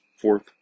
fourth